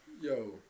yo